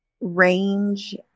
range